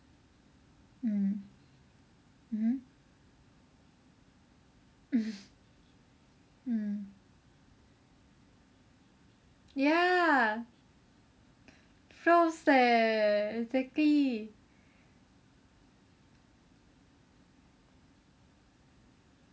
mm hmm mm ya froze leh exactly